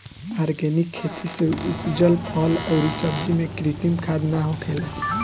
organic खेती से उपजल फल अउरी सब्जी में कृत्रिम खाद ना होखेला